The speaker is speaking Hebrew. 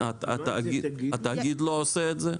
התאגיד לא עושה את זה?